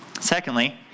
secondly